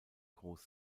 groß